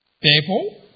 People